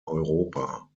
europa